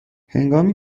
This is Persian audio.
هنگامی